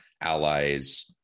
allies